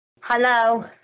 Hello